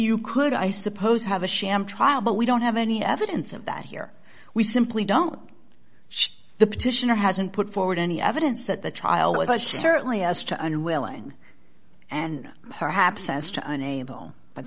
you could i suppose have a sham trial but we don't have any evidence of that here we simply don't the petitioner hasn't put forward any evidence at the trial without certainly us to unwilling and perhaps as to unable but